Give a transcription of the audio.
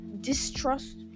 distrust